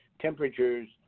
temperatures